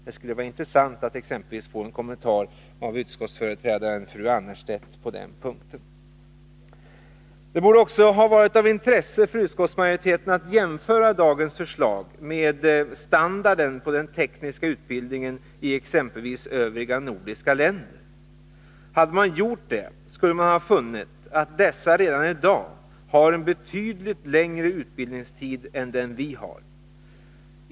Det skulle vara intressant att få en kommentar av utskottsföreträdaren fru Annerstedt på den punkten. Det borde också ha varit av intresse för utskottsmajoriteten att jämföra dagens förslag med standarden på den tekniska utbildningen i exempelvis övriga nordiska länder. Hade man gjort det, skulle man ha funnit att dessa redan ii dag har en betydligt längre utbildning än vi har.